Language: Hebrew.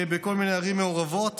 בכל מיני ערים מעורבות.